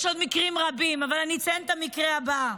יש עוד מקרים רבים, אבל אני אציין את המקרה הבא,